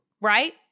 right